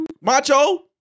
Macho